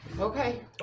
Okay